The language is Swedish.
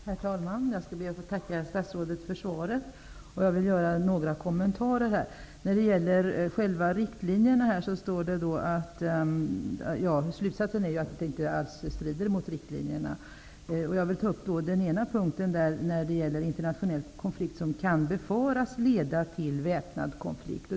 Herr talman! Jag skall be att få tacka statsrådet för svaret. Jag vill göra några kommentarer. Slutsatsen är att exporten inte alls strider mot riktlinjerna. Jag vill ta upp den punkt som gäller internationell konflikt som kan befaras leda till väpnad konflikt.